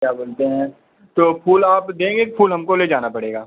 क्या बोलते हैं तो फूल आप देंगे कि फूल हमको ले जाना पड़ेगा